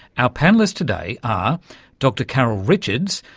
our panellists today are dr carol richards,